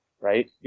right